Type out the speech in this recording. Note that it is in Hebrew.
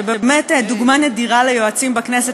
שבאמת הוא דוגמה נדירה ליועצים בכנסת,